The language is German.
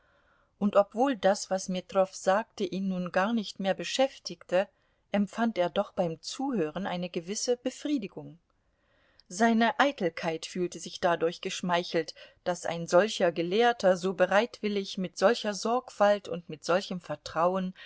und obwohl das was metrow sagte ihn nun gar nicht mehr beschäftigte empfand er doch beim zuhören eine gewisse befriedigung seine eitelkeit fühlte sich dadurch geschmeichelt daß ein solcher gelehrter so bereitwillig mit solcher sorgfalt und mit solchem vertrauen